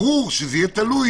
ברור שזה צריך להיות תלוי